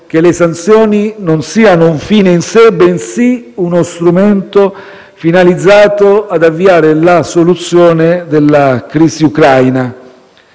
che le sanzioni non siano un fine in sé bensì uno strumento finalizzato ad avviare la soluzione della crisi Ucraina.